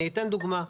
אני אתן דוגמה: